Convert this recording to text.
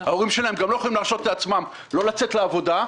ההורים שלהם גם לא יכולים להרשות לעצמם שלא לצאת לעבודה.